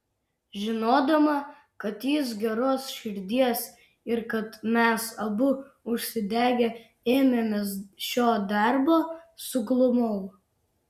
žinodama kad jis geros širdies ir kad mes abu užsidegę ėmėmės šio darbo suglumau